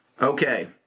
Okay